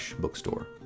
bookstore